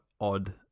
odd